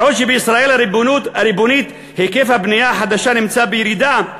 "בעוד שבישראל הריבונית היקף הבנייה החדשה נמצא בירידה,